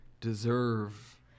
deserve